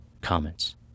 comments